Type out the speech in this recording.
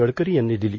गडकरी यांनी दिली